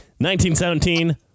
1917